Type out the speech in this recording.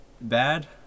Bad